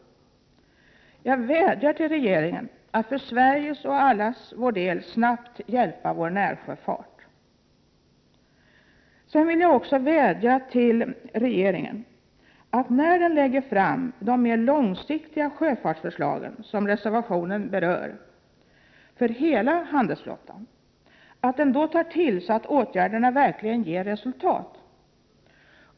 Jag vädjar till regeringen att för Sveriges och allas vår del snabbt hjälpa vår närsjöfart. Sedan vill jag också vädja till regeringen att den, när den lägger fram de mer långsiktiga sjöfartsförslagen, som reservationen berör, för hela handelsflottan, då tar till så att åtgärderna verkligen ger resultat.